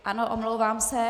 Ano, omlouvám se.